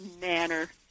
manner